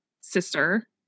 sister